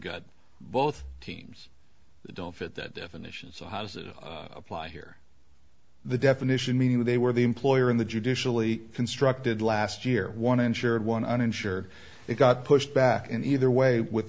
got both teams don't fit that definition so how does it apply here the definition meaning they were the employer in the judicially constructed last year one insured one uninsured it got pushed back in either way with